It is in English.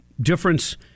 difference